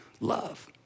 love